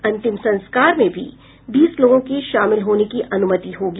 अंतिम संस्कार में भी बीस लोगों के शामिल होने की अनुमति होगी